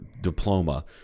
diploma